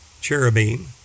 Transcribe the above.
cherubim